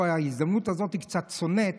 בהזדמנות הזו אני קצת סונט